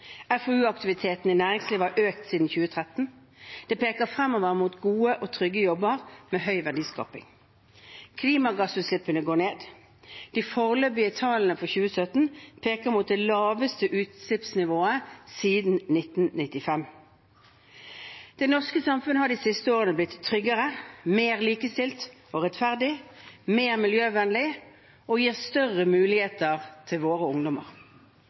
FoU-aktiviteten i næringslivet har økt siden 2013. Det peker fremover mot gode og trygge jobber med høy verdiskaping. Klimagassutslippene går ned. De foreløpige tallene for 2017 peker mot det laveste utslippsnivået siden 1995. Det norske samfunnet har de siste årene blitt tryggere, mer likestilt og rettferdig, mer miljøvennlig og gir større muligheter til våre ungdommer.